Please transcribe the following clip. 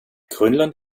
grönland